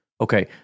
Okay